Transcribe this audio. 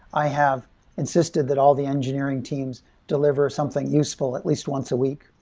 i have insisted that all the engineering teams delivery something useful, at least once a week,